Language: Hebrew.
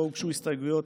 לא הוגשו הסתייגויות.